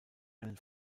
einen